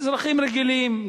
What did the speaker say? אזרחים רגילים,